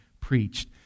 preached